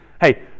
Hey